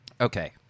Okay